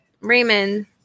Raymond